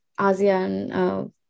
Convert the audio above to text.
ASEAN